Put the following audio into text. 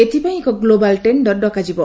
ଏଥିପାଇଁ ଏକ global tender ଡକାଯିବ